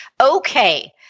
Okay